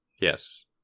Yes